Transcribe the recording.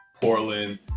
Portland